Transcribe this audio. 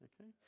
okay